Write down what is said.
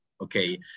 okay